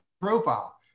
profile